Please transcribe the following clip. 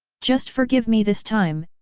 just forgive me this time,